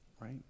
right